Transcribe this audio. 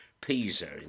Pisa